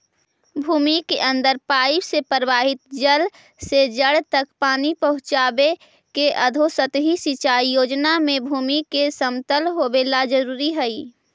भूमि के अंदर पाइप से प्रवाहित जल से जड़ तक पानी पहुँचावे के अधोसतही सिंचाई योजना में भूमि के समतल होवेला जरूरी हइ